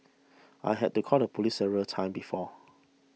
I had to call the police several times before